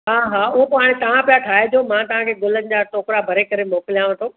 हा हा उहो पोइ हाणे तव्हां पिया ठाहिजो मां तव्हांखे गुलनि जा टोकिरा भरे करे मोकिलियांव थो